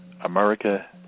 America